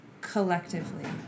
collectively